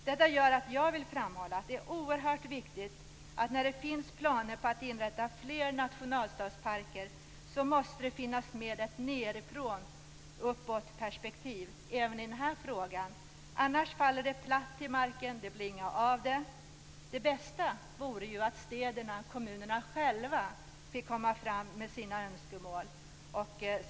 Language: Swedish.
Detta gör att jag vill framhålla att det är oerhört viktigt att när det finns planer på att inrätta fler nationalstadsparker måste det finnas med ett nedifrån-ochupp-perspektiv. Annars faller det platt till marken. Det blir inget av. Det bästa vore ju att städerna och kommunerna själva fick komma fram med sina önskemål.